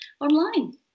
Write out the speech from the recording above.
online